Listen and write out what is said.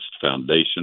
Foundation